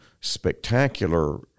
spectacular